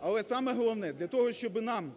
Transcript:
Але саме головне, для того, щоби нам